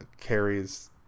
carries